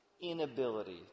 inability